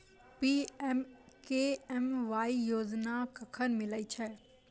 PMKMY योजना कखन मिलय छै?